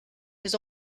his